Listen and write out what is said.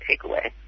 takeaway